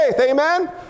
Amen